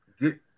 get